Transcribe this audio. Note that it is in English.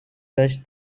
touched